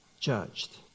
judged